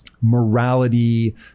morality